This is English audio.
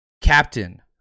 Captain